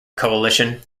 coalition